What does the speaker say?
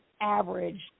average